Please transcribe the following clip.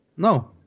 No